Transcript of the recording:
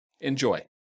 Enjoy